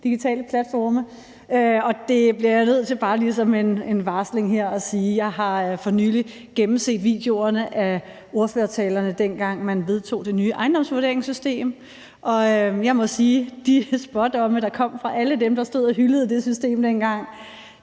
digitale platforme, og det bliver jeg nødt til bare lige som en varsling her at sige. Jeg har for nylig gennemset videoerne af ordførertalerne fra dengang, da man vedtog det nye ejendomsvurderingssystem, og jeg må sige, at de spådomme, der kom fra alle dem, der stod og hyldede det system dengang,